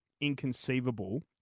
inconceivable